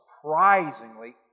surprisingly